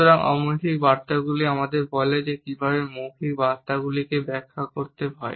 সুতরাং অমৌখিক বার্তাগুলি আমাদের বলে যে কীভাবে মৌখিক বার্তাগুলিকে ব্যাখ্যা করতে হয়